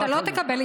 אתה לא תקבל.